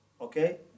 okay